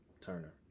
Turner